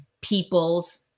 people's